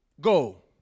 Go